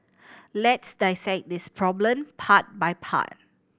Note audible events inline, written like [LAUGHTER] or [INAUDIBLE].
let's [UNINTELLIGIBLE] this problem part by part